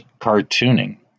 cartooning